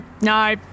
no